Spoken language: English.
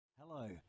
hello